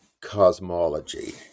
cosmology